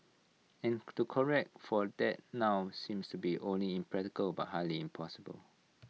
and to correct for that now seems not only impractical but highly impossible